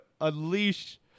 unleash